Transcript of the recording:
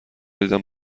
دیدم